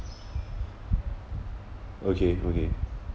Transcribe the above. okay okay